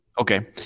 Okay